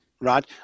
right